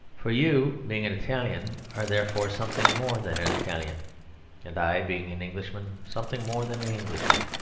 for you, being an italian, are therefore something more than an italian and i being an englishman, something more than an englishman.